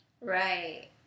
Right